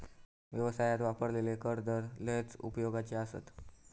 व्यवसायात वापरलेले कर दर लयच उपयोगाचे आसत